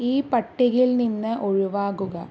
ഈ പട്ടികയിൽ നിന്ന് ഒഴിവാകുക